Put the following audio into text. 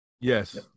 yes